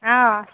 অঁ